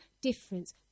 difference